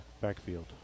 backfield